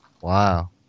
Wow